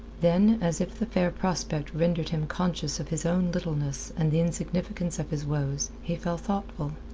then, as if the fair prospect rendered him conscious of his own littleness and the insignificance of his woes, he fell thoughtful.